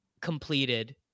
completed